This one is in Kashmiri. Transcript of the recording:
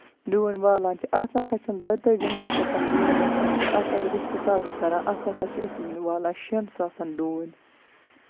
ڈوٗنۍ والان چھِ اَتھ نہ سا چھُنہٕ دۄیہِ تٲجِین شیٚتن ڈوٗنۍ وَسان کیٚنہہ اَتھ اَگر أسۍ حِساب چھِ کران اَتھ ہسا چھِ أسۍ والان شیٚن ساسَن ڈوٗنۍ